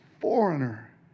foreigner